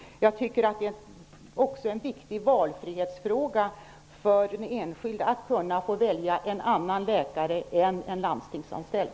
Det är en viktig valfrihetsfråga för den enskilde att kunna välja en annan läkare än en landstingsanställd.